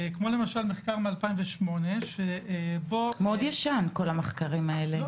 כמו למשל מחקר משנת 2008 --- מאוד ישנים כל המחקרים האלה,